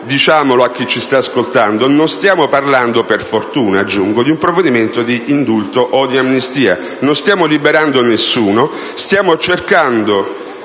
diciamolo allora a chi ci sta ascoltando: non stiamo parlando - per fortuna, aggiungo - di un provvedimento di indulto o di amnistia. Non stiamo liberando nessuno, stiamo cercando